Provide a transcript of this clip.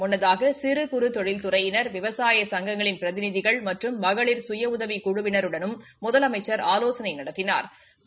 முன்னதாக சிறு குறு தொழில்துறையினர் விவசாய சங்கங்களின் பிரதிநிதிகள் மற்றும் மகளிர் சுய உவிக் குழுவினருடன் முதலமைச்சா் ஆலோசனை நடத்தினாா்